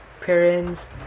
parents